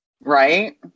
Right